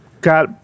got